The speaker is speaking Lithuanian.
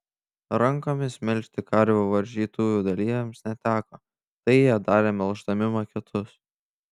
rankomis melžti karvių varžytuvių dalyviams neteko tai jie darė melždami maketus